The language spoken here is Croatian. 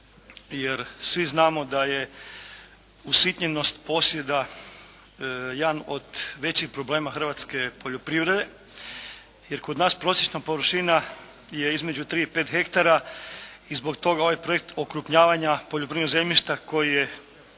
jer svi znamo da je usitnjenost posjeda jedan od većih problema hrvatske poljoprivrede, jer kod nas prosječna površina je između 3 i 5 hektara i zbog toga ovaj projekt okrupnjavanja poljoprivrednog zemljišta koji je